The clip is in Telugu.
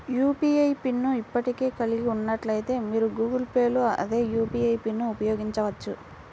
యూ.పీ.ఐ పిన్ ను ఇప్పటికే కలిగి ఉన్నట్లయితే, మీరు గూగుల్ పే లో అదే యూ.పీ.ఐ పిన్ను ఉపయోగించవచ్చు